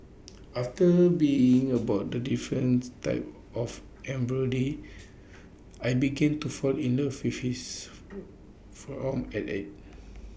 after being about the difference types of embroidery I began to fall in love with his from at art